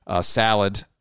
Salad